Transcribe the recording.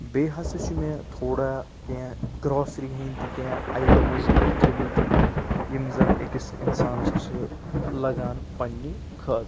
بیٚیہِ ہَسا چھُ مےٚ تھوڑا کیٚنٛہہ گرٛاسری ہنٛدۍ تہِ کیٚنٛہہ آیٹمٕز تھٲمٕتۍ یِم زَن أکِس اِنسانَس چھِ لَگان پننہِ خٲطرٕ